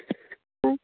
अँइ